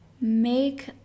make